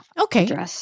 Okay